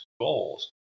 goals